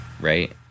Right